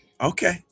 Okay